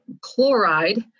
chloride